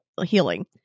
healing